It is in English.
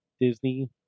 Disney